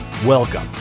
Welcome